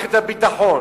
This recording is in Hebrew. למערכת הביטחון,